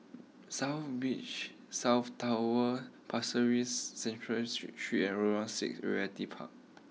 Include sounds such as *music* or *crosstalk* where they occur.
South Beach South Tower Pasir Ris Central Street three *unintelligible* six Realty Park